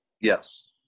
Yes